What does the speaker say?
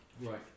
Right